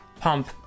pump